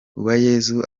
uwayezu